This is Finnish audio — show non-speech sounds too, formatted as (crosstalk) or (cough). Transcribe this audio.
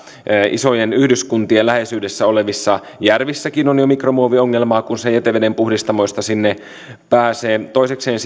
isojen yhdyskuntien läheisyydessä olevissa järvissäkin on jo mikromuoviongelmaa kun se jätevedenpuhdistamoista sinne pääsee toisekseen (unintelligible)